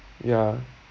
ya